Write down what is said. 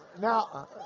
Now